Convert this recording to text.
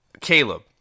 Caleb